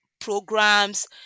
programs